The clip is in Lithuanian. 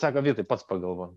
sako vytai pats pagalvok